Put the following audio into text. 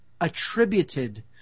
attributed